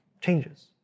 changes